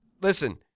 listen